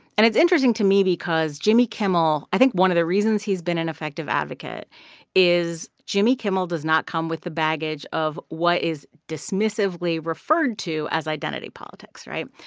and it's interesting to me because jimmy kimmel i think one of the reasons he's been an effective advocate is jimmy kimmel does not come with the baggage of what is dismissively referred to as identity politics, right?